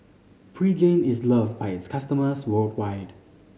Pregain is loved by its customers worldwide